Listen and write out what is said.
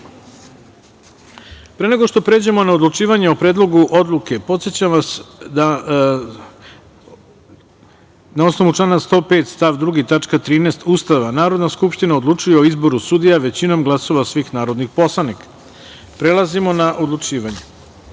nego što pređemo na odlučivanje o Predlogu odluke, podsećam vas da, na osnovu člana 105. stav 2. tačka 13. Ustava, Narodna skupština odlučuje o izboru sudija većinom glasova svih narodnih poslanika. Prelazimo na odlučivanje. Tačka